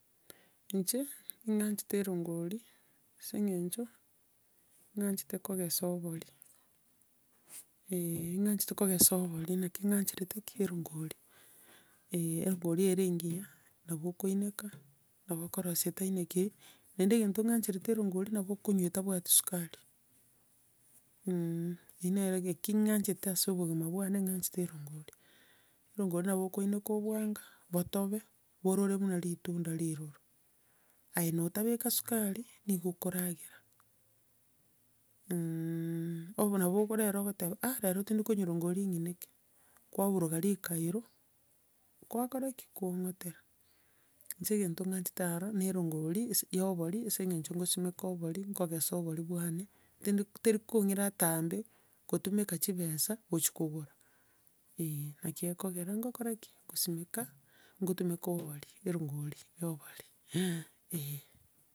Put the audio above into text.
Inche, ng'anchete erongori, ase eng'encho, ng'anchete kogesa obori, eh, ng'anchete kogesa obori, naki ng'acherete ki? Erongori, eh erongori ere engiya, nabo okoineka, nabo okorosia etainekiri, naende egento ng'ancherete erongori nabo okonywa etabwati esukari, eri nero egeki ng'anchete ase obogima bwane, ng'anchete erongori. Erongori nabo okineka obwanga, botobe, borore buna ritunda riroro, aye notabeka esukari, nigo okoragera, obe nabo rero ogoteba, ah, rero tindikonywa erongori ngineke, kwaburuga rikairo, kwakora ki? Kwaong'otera. Inche egento ng'anchete aro, na erongori ese ya obori ase eng'encho nkosimeka obori, nkogesa obori bwane, tindi- teri kong'ira atambe, kotuma chibesa gochia kogora, eh, naki kekogera nkoroka ki? Nkosimeka, ngotumeka obori erongori ya obori, eh.